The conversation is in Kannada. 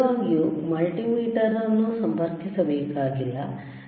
ನಿಜವಾಗಿಯೂ ಮಲ್ಟಿಮೀಟರ್ ಅನ್ನು ಸಂಪರ್ಕಿಸಬೇಕಾಗಿಲ್ಲ ಎಡಭಾಗದಲ್ಲಿ